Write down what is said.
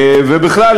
ובכלל,